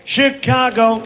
Chicago